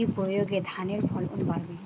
কি প্রয়গে ধানের ফলন বাড়বে?